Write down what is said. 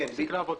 הוא מפסיק לעבוד.